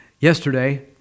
Yesterday